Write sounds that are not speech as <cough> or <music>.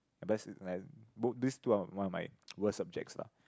best is like both these two are one of my <noise> worst subjects lah